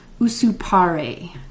usupare